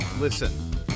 Listen